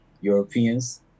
Europeans